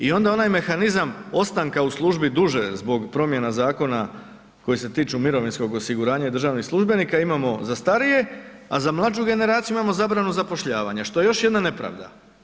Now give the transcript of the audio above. I onda onaj mehanizam ostanka u službi duže zbog promjena zakona koji se tiču mirovinskog osiguranja i državnih službenika imamo za starije, a za mlađu generaciju imamo zabranu zapošljavanja, što je još jedna nepravda.